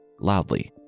Loudly